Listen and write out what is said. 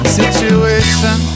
situation